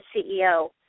CEO